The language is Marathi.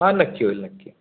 हां नक्की होईल नक्की